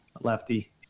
lefty